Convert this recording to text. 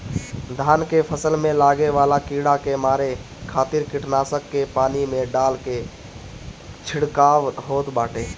धान के फसल में लागे वाला कीड़ा के मारे खातिर कीटनाशक के पानी में डाल के छिड़काव होत बाटे